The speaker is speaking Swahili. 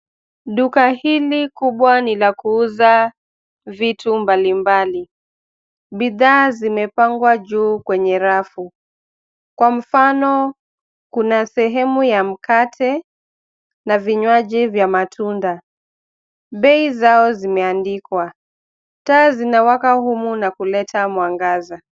Duka hili kubwa ni la kuuza vitu mbalimbali. Bidhaa zimepangwa juu kwenye rafu, kwa mfano kuna sehemu ya mkate na vinywaji vya matunda. Bei zao zimeandikwa. Taa zinawaka humu na kuleta mwangaza.